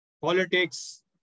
politics